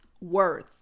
worth